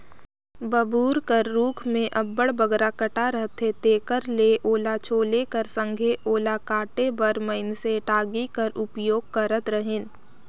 बबूर कर रूख मे अब्बड़ बगरा कटा रहथे तेकर ले ओला छोले कर संघे ओला काटे बर मइनसे टागी कर उपयोग करत रहिन